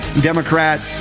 Democrat